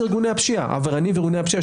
ארגוני הפשיעה עבריינים וארגוני הפשיעה,